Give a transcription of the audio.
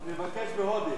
אז נבקש בהודית.